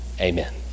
Amen